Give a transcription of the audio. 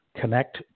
connect